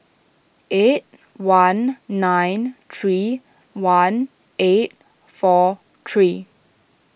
eight one nine three one eight four three